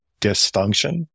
dysfunction